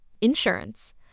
Insurance